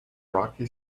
rocky